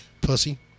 Pussy